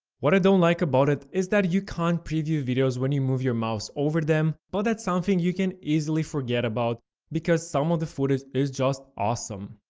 what i don't like about it is that you can't preview videos when you move your mouse over them, but that's something you can easily forget about because some of the footage is just awesome!